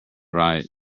right